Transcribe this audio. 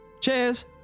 Cheers